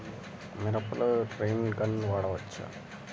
మిరపలో rain gun వాడవచ్చా?